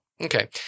Okay